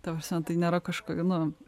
ta prasme tai nėra kažkokia nu